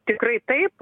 tikrai taip